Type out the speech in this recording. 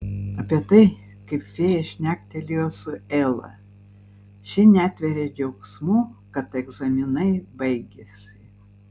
apie tai kaip fėja šnektelėjo su ela ši netveria džiaugsmu kad egzaminai baigėsi